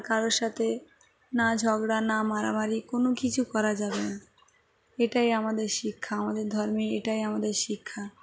আর কারোর সাথে না ঝগড়া না মারামারি কোনো কিছু করা যাবে না এটাই আমাদের শিক্ষা আমাদের ধর্মে এটাই আমাদের শিক্ষা